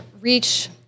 reach